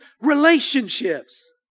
relationships